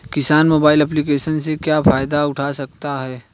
किसान mobile application से क्या फायदा उठा सकता है?